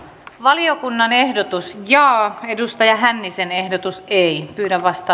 valiokunnan ehdotus ja edustaja hännisen ehdotus ei yllä vasta